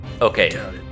okay